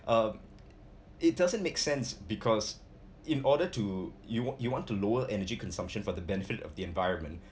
um it doesn't make sense because in order to you want you want to lower energy consumption for the benefit of the environment